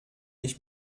ich